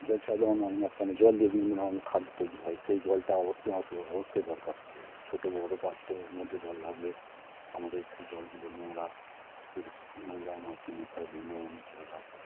জল ছাড়া যেমন মানুষ বাঁচতে পারে না জল দিয়ে বিভিন্ন ধরনের খাদ্য তৈরি হয় সেই জলটা অবশ্যই অবশ্যই দরকার ছোটো বড়ো পাত্রর মধ্যে জল রাখলে আমাদের সেই জলগুলো নোংরা পরি নোংরা মাছি মশা বিভিন্ন ধরনের জল আসে